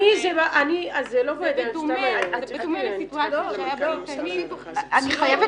זה לא --- זה בדומה לסיטואציה שהייתה באיתנים -- אתה עומד